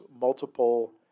multiple